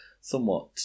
somewhat